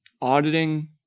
auditing